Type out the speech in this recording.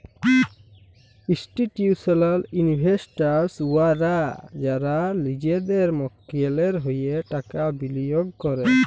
institutional investors উয়ারা যারা লিজেদের মক্কেলের হঁয়ে টাকা বিলিয়গ ক্যরে